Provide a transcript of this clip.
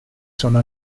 sono